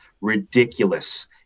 ridiculous